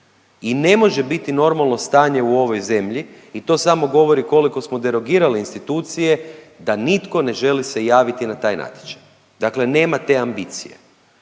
I ne može biti normalno stanje u ovoj zemlji i to samo govori koliko smo derogirali institucije da nitko ne želi se javiti na taj natječaj, dakle nema te ambicije.